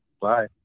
Bye